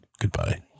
Goodbye